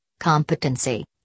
competency